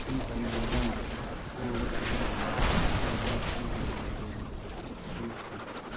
ꯑꯩꯅ ꯆꯥꯅꯤꯡꯕ ꯑꯦꯟꯁꯥꯡꯗꯣ ꯂꯧꯔꯒ ꯊꯣꯡꯒꯗꯧꯔꯤꯅꯤꯅ ꯑꯗꯨꯝ ꯑꯩꯅ ꯑꯌꯥꯝꯕ ꯃꯇꯝꯗꯗꯤ ꯑꯗꯨꯝ ꯑꯩꯅ ꯊꯣꯡꯉꯤ